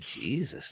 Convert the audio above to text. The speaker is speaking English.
Jesus